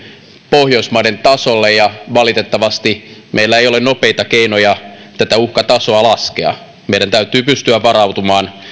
pohjoismaiden tasolle ja valitettavasti meillä ei ole nopeita keinoja tätä uhkatasoa laskea meidän täytyy pystyä varautumaan